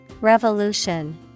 Revolution